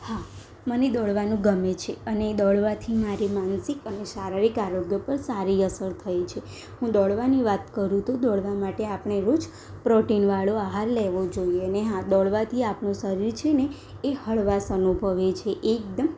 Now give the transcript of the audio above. હા મને દોડવાનું ગમે છે અને દોડવાથી મારી માનસિક અને શારીરિક આરોગ્ય પર સારી અસર થઈ છે હું દોડવાની વાત કરું તો દોડવા માટે આપણે રોજ પ્રોટીનવાળો આહાર લેવો જોઈએ અને હા દોડવાથી આપણું શરીર છે ને એ હળવાશ અનુભવે છે એકદમ